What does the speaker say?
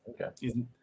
Okay